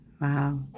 Wow